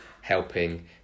helping